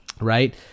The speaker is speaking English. right